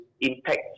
impact